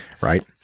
right